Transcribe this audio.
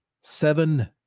seven